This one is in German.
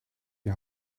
die